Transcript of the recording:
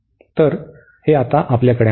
तर हे आता आपल्याकडे आहे